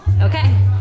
Okay